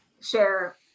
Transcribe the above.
share